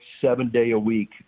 seven-day-a-week